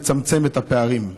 לצמצם את הפערים.